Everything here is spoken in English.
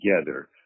together